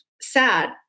sad